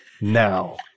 now